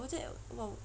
我就